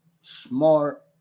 smart